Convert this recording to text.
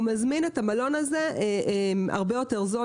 הוא מזמין את המלון הזה הרבה יותר זול.